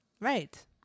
right